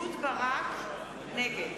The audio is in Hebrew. נגד